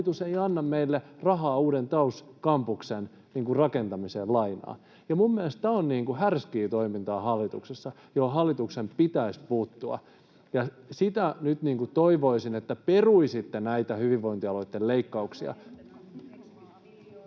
niin hallitus ei anna meille rahaa, uuden TAYS-kampuksen rakentamiseen lainaa. Minun mielestäni tämä on härskiä toimintaa hallituksessa, ja siihen hallituksen pitäisi puuttua. Sitä nyt toivoisin, että peruisitte näitä hyvinvointialueitten leikkauksia.